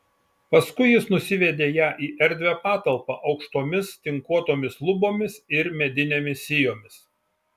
paskui jis nusivedė ją į erdvią patalpą aukštomis tinkuotomis lubomis ir medinėmis sijomis